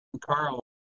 Carl